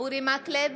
אורי מקלב,